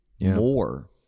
more